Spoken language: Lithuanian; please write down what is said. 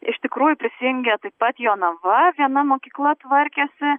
iš tikrųjų prisijungia taip pat jonava viena mokykla tvarkėsi